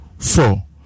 Four